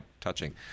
touching